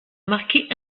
marqué